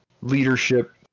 leadership